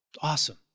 Awesome